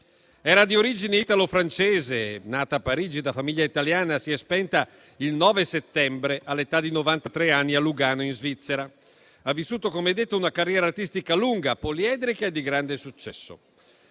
Era di origine italo francese, nata a Parigi da famiglia italiana, si è spenta il 9 settembre, all'età di 93 anni, a Lugano, in Svizzera. Ha vissuto una carriera artistica lunga, poliedrica e di grande successo.